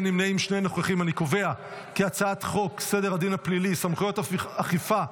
חוק סדר הדין הפלילי (סמכויות אכיפה,